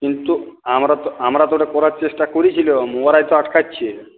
কিন্তু আমরা তো আমরা তো ওটা করার চেষ্টা করেছিলাম ওরাই তো আটকাচ্ছে